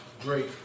Drake